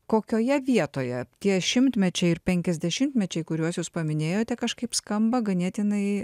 kokioje vietoje tie šimtmečiai ir penkiasdešimtmečiai kuriuos jūs paminėjote kažkaip skamba ganėtinai